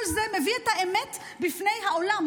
כל זה מביא את האמת בפני העולם,